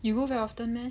you go very often meh